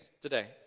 today